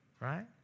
right